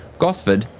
gosford,